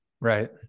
right